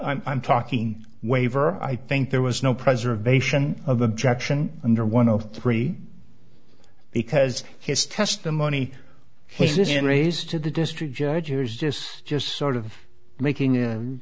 here i'm talking waiver i think there was no preservation of objection under one of three because his testimony he says it raised to the district judge is just just sort of making a